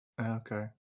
Okay